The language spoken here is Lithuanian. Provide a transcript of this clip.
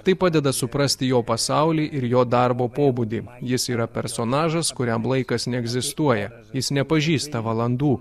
tai padeda suprasti jo pasaulį ir jo darbo pobūdį jis yra personažas kuriam laikas neegzistuoja jis nepažįsta valandų